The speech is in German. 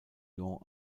lyon